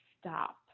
stop